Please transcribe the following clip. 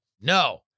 No